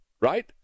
right